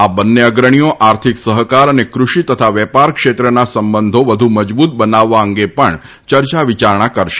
આ બંને અગ્રણીઓ આર્થિક સહકાર તથા કૃષિ અને વેપાર ક્ષેત્રના સંબંધો વધુ મજબુત બનાવવા અંગે પણ ચર્ચા વિચારણા કરશે